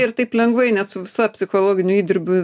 ir taip lengvai net su visa psichologiniu įdirbiu